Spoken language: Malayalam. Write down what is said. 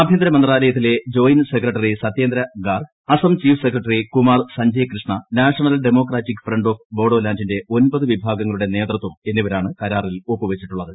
ആഭ്യന്തരമന്ത്രാലയത്തിലെ joint secretary Satyendra Garg Assam chief secretary Kumar Sanjay Krishna National Democratic Front of ബോഡോലാന്റിന്റെ ഒമ്പത് വിഭാഗങ്ങളുടെ നേതൃത്വം എന്നിവരാണ് കരാറിൽ ഒപ്പുവച്ചിട്ടുള്ളത്